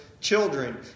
children